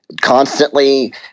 constantly